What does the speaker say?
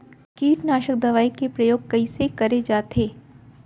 कीटनाशक दवई के प्रयोग कइसे करे जाथे?